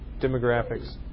demographics